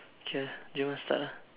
ya you are start ah